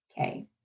Okay